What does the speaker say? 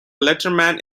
letterman